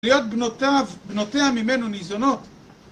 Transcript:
להיות בנותיו, בנותיה ממנו ניזונות.